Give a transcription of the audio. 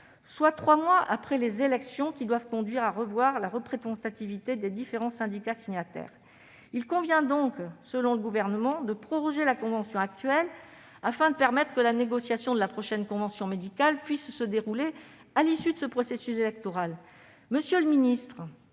soit trois mois avant les élections qui doivent conduire à revoir la représentativité des différents syndicats signataires. Il convient donc, selon le Gouvernement, de proroger la convention actuelle, afin que la négociation de la prochaine convention médicale puisse se dérouler à l'issue de ce processus électoral. Madame, monsieur les ministres,